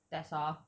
that's all